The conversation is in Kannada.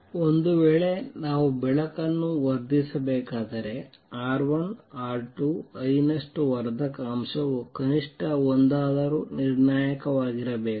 ಒಂದು ವೇಳೆ ನಾವು ಬೆಳಕನ್ನು ವರ್ಧಿಸಬೇಕಾದರೆ R1 R2 I ನಷ್ಟು ವರ್ಧಕ ಅಂಶವು ಕನಿಷ್ಟ ಒಂದಾದರೂ ನಿರ್ಣಾಯಕವಾಗಿರಬೇಕು